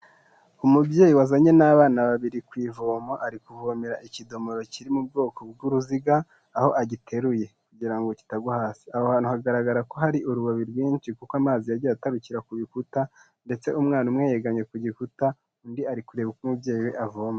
Umubyeyi wazanye n'abana babiri ku ivomo ari kuvomera ikidomoro kiri mu bwoko bw'uruziga aho agiteruye kugira ngo kitagwa hasi aho hantu hagaragara ko hari urubobi rwinshi kuko amazi yagiye atarukira ku bikuta ndetse umwana umwe yegamye ku gikuta undi ari kureba uko umubyeyi we avoma.